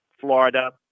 Florida